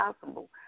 possible